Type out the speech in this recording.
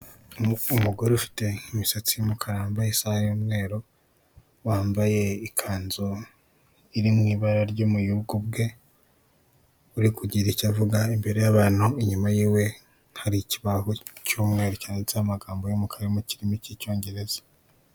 Umugore ufite imisatsi y'umukara wambaye isaha y'umweru, wambaye ikanzu iri mu ibara ry'umuyubugubwe, uri kugira icyo avuga imbere y'abantu, inyuma yiwe hari ikibaho cy'umweru cyanditseho amagambo y'umukara ari mu kirimi k'icyongereza.